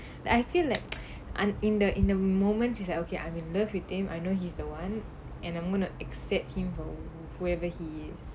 like I feel like I'm in the in the moment she's like okay I'm in love with him I know he's the [one] and I'm gonna accept him for whoever he is